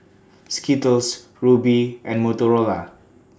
Skittles Rubi and Motorola